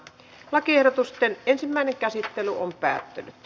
lakiehdotusten ensimmäinen käsittely päättyi